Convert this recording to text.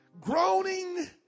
groaning